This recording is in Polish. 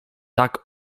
tak